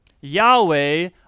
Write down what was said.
Yahweh